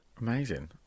Amazing